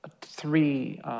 three